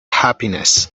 happiness